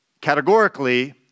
categorically